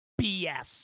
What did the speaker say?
BS